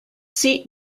seat